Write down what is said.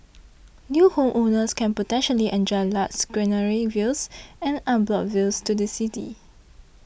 new homeowners can potentially enjoy lush greenery views and unblocked views to the city